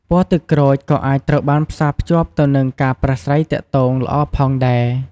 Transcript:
ពណ៌ទឹកក្រូចក៏អាចត្រូវបានផ្សារភ្ជាប់ទៅនឹងការប្រាស្រ័យទាក់ទងល្អផងដែរ។